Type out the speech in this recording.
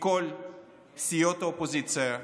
מכל סיעות האופוזיציה,